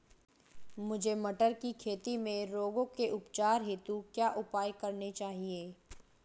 मुझे मटर की खेती में रोगों के उपचार हेतु क्या उपाय करने चाहिए?